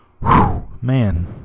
man